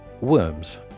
worms